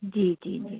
जी जी जी